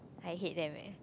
I hate them leh